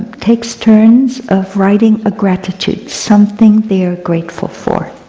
takes turns of writing a gratitude, something they are grateful for.